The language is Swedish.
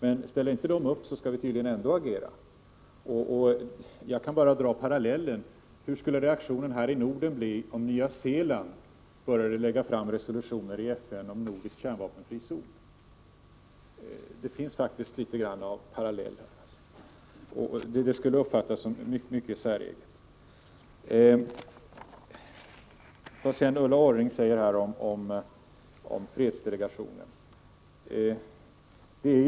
Om de inte ställer upp skall vi tydligen agera ändå. Jag kan dra följande parallell: Hur skulle reaktionen här i Norden bli om Nya Zeeland lade fram resolutioner i FN om en nordisk kärnvapenfri zon? Det skulle uppfattas som mycket säreget. Ulla Orring talar om fredsdelegationen.